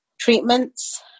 treatments